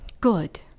Good